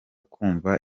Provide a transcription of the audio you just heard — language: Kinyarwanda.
kumva